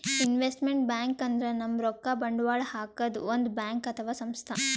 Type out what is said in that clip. investment bank ಅಂದ್ರ ನಮ್ ರೊಕ್ಕಾ ಬಂಡವಾಳ್ ಹಾಕದ್ ಒಂದ್ ಬ್ಯಾಂಕ್ ಅಥವಾ ಸಂಸ್ಥಾ